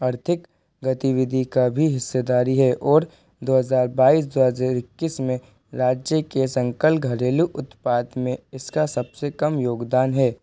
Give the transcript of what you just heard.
आर्थिक गतिविधि की भी हिस्सेदारी है और दो हज़ार बाईस दो हज़ार इक्कीस में राज्य के सकल घरेलू उत्पाद में इसका सब से कम योगदान है